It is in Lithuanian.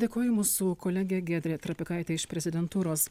dėkoju mūsų kolegė giedrė trapikaitė iš prezidentūros